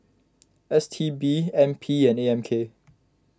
S T B N P and A M K